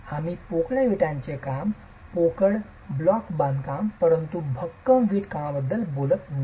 आम्ही पोकळ विटांचे काम पोकळ ब्लॉक बांधकाम परंतु भक्कम वीट कामाबद्दल बोलत नाही